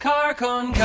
Carcon